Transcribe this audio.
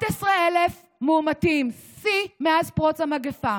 11,000 מאומתים, שיא מאז פרוץ המגפה.